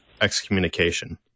Excommunication